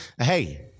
hey